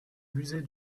musée